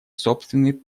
собственный